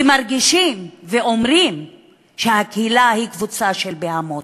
כי מרגישים ואומרים שהקהילה היא קבוצה של בהמות.